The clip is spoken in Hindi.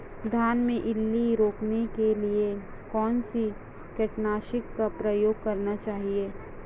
धान में इल्ली रोकने के लिए कौनसे कीटनाशक का प्रयोग करना चाहिए?